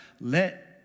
let